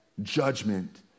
judgment